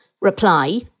reply